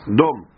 dom